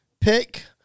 pick